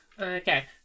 Okay